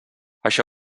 això